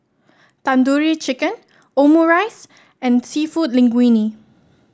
Tandoori Chicken Omurice and seafood Linguine